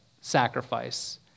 sacrifice